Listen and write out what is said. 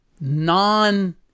non-